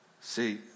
See